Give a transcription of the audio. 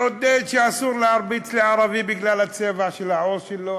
לעודד שאסור להרביץ לערבי בגלל הצבע של העור שלו.